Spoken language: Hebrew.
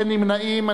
אין נמנעים.